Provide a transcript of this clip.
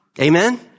Amen